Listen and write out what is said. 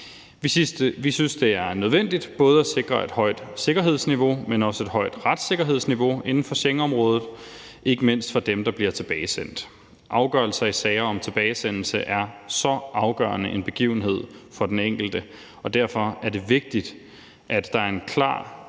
Vi synes, det er nødvendigt at sikre både et højt sikkerhedsniveau, men også et højt retssikkerhedsniveau inden for Schengenområdet, ikke mindst for dem, der bliver tilbagesendt. Afgørelser i sager om tilbagesendelse er så afgørende en begivenhed for den enkelte, og derfor er det vigtigt, at der er en klar og